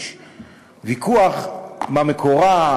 יש ויכוח מה מקורה,